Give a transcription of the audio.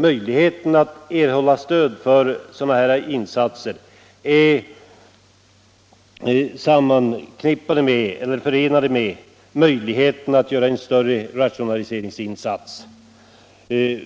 Möjligheterna att få statligt stöd för täckdikningsinsatser är nämligen sammanknippade med möjligheterna att göra en större rationaliseringsinsats, dvs.